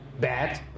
Bad